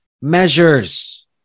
measures